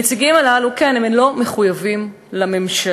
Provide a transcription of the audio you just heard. הנציגים הללו, כן, הם לא מחויבים לממשלה.